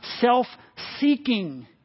self-seeking